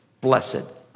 Blessed